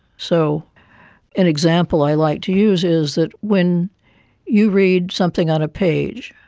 so an example i like to use is that when you read something on a page,